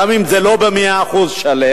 גם אם זה לא במאה אחוז שלם,